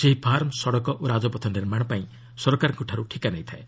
ସେହି ଫାର୍ମ ସଡ଼କ ଓ ରାଜପଥ ନିର୍ମାଣ ପାଇଁ ସରକାରଙ୍କଠାରୁ ଠିକା ନେଇଥାଏ